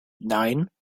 nein